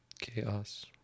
chaos